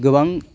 गोबां